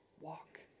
walk